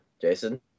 Jason